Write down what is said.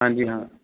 ਹਾਂਜੀ ਹਾਂ